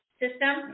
system